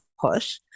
push